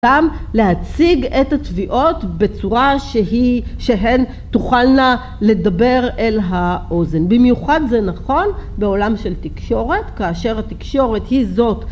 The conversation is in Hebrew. להציג את התביעות בצורה שהיא, שהן תוכלנה לדבר אל האוזן במיוחד זה נכון בעולם של תקשורת כאשר התקשורת היא זאת